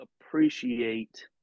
appreciate